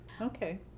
Okay